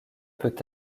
peut